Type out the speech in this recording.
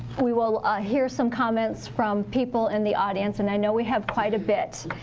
we will hear some comments from people in the audience. and i know we have quite a bit.